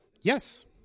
yes